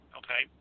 okay